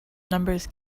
numbers